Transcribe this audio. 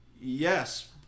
yes